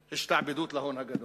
השתעבדות להון הגדול.